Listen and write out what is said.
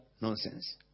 nonsense